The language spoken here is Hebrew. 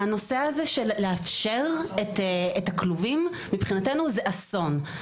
הנושא הזה של לאפשר את הכלובים, מבחינתנו זה אסון.